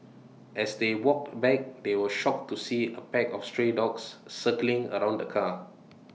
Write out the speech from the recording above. as they walked back they were shocked to see A pack of stray dogs circling around the car